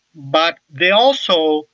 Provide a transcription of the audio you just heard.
but they also